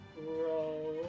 roll-